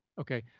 Okay